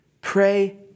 pray